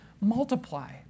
multiply